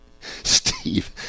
Steve